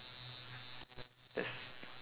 that's